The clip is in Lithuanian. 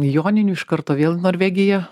joninių iš karto vėl į norvegiją